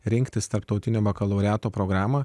rinktis tarptautinę programą